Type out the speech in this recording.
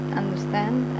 understand